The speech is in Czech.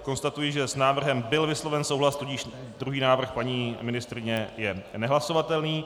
Konstatuji, že s návrhem byl vysloven souhlas, tudíž druhý návrh paní ministryně je nehlasovatelný.